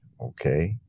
okay